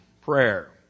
prayer